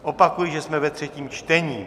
Opakuji, že jsme ve třetím čtení.